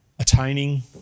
Attaining